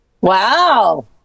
Wow